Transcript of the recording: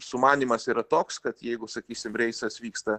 sumanymas yra toks kad jeigu sakysim reisas vyksta